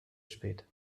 spät